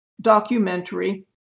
documentary